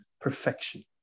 perfection